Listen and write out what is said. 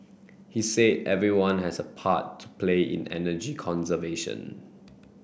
he said everyone has a part to play in energy conservation